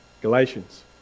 Galatians